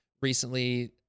Recently